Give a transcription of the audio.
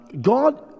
God